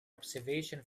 observation